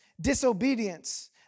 disobedience